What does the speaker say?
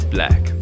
Black